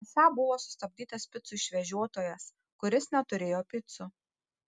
esą buvo sustabdytas picų išvežiotojas kuris neturėjo picų